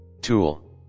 Tool